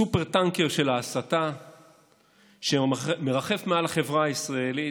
הסופר-טנקר של ההסתה שמרחף מעל לחברה הישראלית